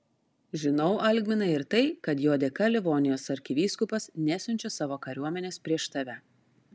žinau algminai ir tai kad jo dėka livonijos arkivyskupas nesiunčia savo kariuomenės prieš tave